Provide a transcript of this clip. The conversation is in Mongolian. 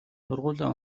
сургуулиа